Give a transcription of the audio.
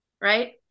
Right